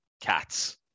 Cats